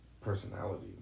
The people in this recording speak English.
personality